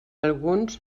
alguns